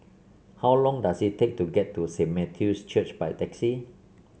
how long does it take to get to Saint Matthew's Church by taxi